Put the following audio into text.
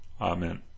Amen